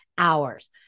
Hours